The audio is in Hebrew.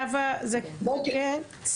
נאווה זקן,